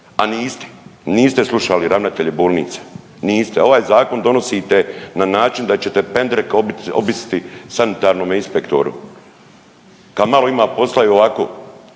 a niste, niste slušali ravnatelje bolnica, niste. Ovaj zakon donosite na način da ćete pendrek obiti, obisiti sanitarnome inspektoru, ka malo ima posla i ovako.